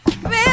Man